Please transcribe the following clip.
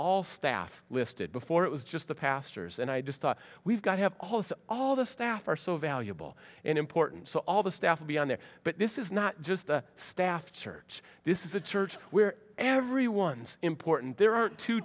all staff listed before it was just the pastors and i just thought we've got to have hold all the staff are so valuable and important so all the staff will be on there but this is not just the staff church this is a church where everyone's important there are